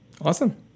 awesome